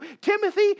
Timothy